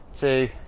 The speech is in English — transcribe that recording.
two